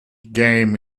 game